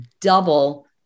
double